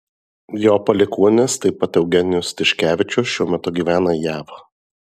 jo palikuonis taip pat eugenijus tiškevičius šiuo metu gyvena jav